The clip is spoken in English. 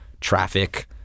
traffic